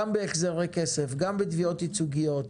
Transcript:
גם בהחזרי כסף, גם בתביעות ייצוגיות,